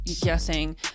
guessing